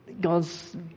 God's